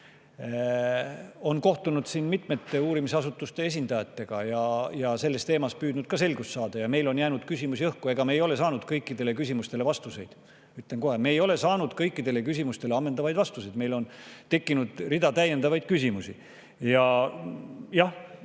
on kohtunud mitmete uurimisasutuste esindajatega ja püüdnud selles teemas selgust saada. Meil on jäänud küsimusi õhku. Ega me ei ole saanud kõikidele küsimustele vastuseid, ütlen kohe. Me ei ole saanud kõikidele küsimustele ammendavaid vastuseid, meil on tekkinud veel rida küsimusi. Jah,